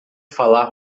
falar